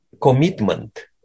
commitment